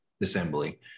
assembly